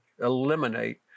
eliminate